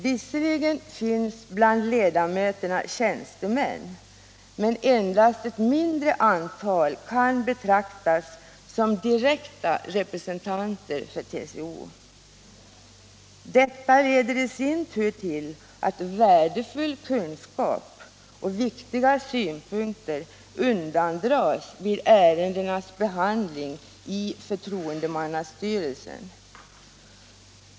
Visserligen finns bland ledamöterna tjänstemän, men endast ett mindre antal kan betraktas som direkta representanter för TCO. Detta leder i sin tur till att värdefull kunskap och viktiga synpunkter undandras vid ärendenas behandling i förtroendemannastyrelsen.